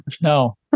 No